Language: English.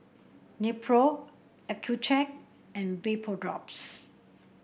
Nepro Accucheck and Vapodrops